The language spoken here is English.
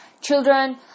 children